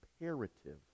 imperative